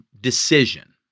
decision